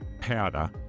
powder